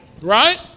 Right